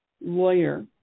lawyer